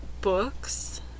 books